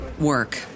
work